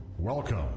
Welcome